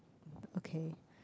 okay